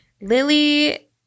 Lily